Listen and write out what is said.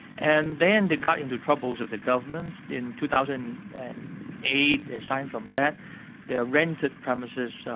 and then they got into trouble with the government. in two thousand and eight aside from that their rented premises